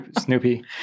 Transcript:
Snoopy